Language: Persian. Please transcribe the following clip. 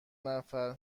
نفر